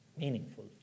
meaningful